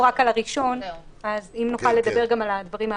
רק על הראשון אז אם נוכל לדבר גם על הדברים האחרים.